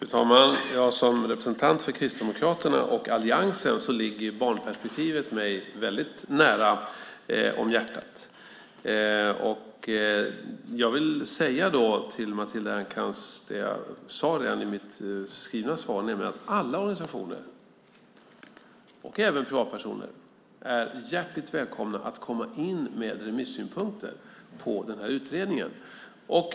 Fru talman! Som representant för Kristdemokraterna och alliansen vill jag säga att barnperspektivet ligger mig nära om hjärtat. Jag vill säga till Matilda Ernkrans det jag sade redan i mitt skrivna svar, nämligen att alla organisationer, och även privatpersoner, är hjärtligt välkomna att komma in med remissynpunkter på den här utredningen.